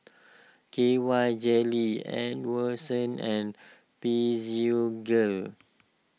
K Y Jelly and Physiogel